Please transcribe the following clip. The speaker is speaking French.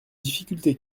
difficulté